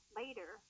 later